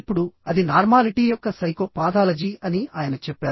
ఇప్పుడు అది నార్మాలిటీ యొక్క సైకో పాథాలజీ అని ఆయన చెప్పారు